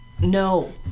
No